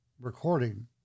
recording